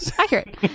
accurate